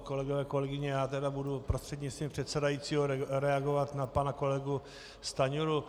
Kolegové, kolegyně, budu prostřednictvím předsedajícího reagovat na pana kolegu Stanjuru.